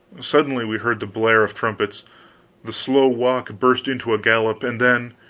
suddenly we heard the blare of trumpets the slow walk burst into a gallop, and then